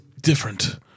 different